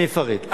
אני אפרט.